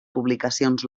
publicacions